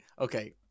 Okay